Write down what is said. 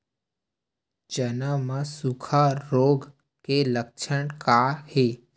चना म सुखा रोग के लक्षण का हे?